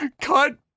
cut